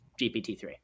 GPT-3